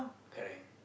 correct